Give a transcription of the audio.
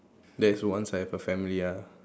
that's once I have a family ah